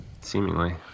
seemingly